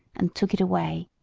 and took it away.